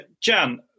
Jan